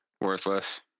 Worthless